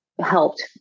helped